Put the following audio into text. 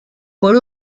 por